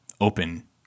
open